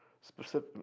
specific